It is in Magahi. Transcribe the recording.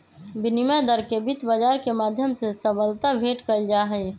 विनिमय दर के वित्त बाजार के माध्यम से सबलता भेंट कइल जाहई